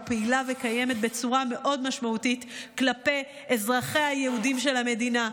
פעילה וקיימת בצורה מאוד משמעותית כלפי אזרחיה היהודים של המדינה.